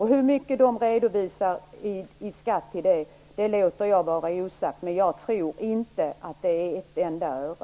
Hur mycket man redovisar i skatt för den vinsten låter jag vara osagt, men jag tror inte att det är ett enda öre.